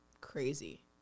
Crazy